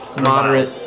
moderate